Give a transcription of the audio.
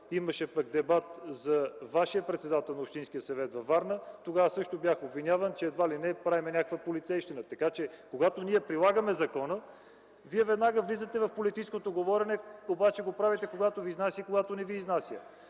имаше дебат за вашия председател на Общинския съвет във Варна, тогава също бях обвиняван, че едва ли не правим някаква полицейщина, така че, когато ние прилагаме, закона вие веднага виждате политическото говорене, обаче го правите когато ви изнася и когато не ви изнася.